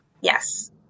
Yes